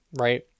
right